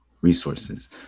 resources